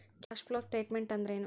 Cash flow statement ಅಂದ್ರೇನು?